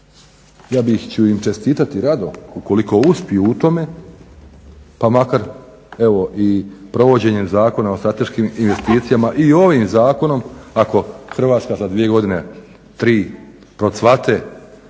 ja ću im čestitati rado ukoliko uspiju u tome pa makar evo i provođenjem Zakona o strateškim investicijama i ovim Zakonom ako Hrvatska za dvije godine, tri procvate,